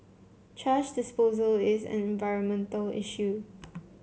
thrash disposal is an environmental issue